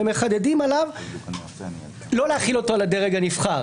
ומחדדים עליו לא להחיל אותו על הדרג הנבחר,